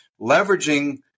leveraging